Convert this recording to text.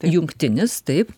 jungtinis taip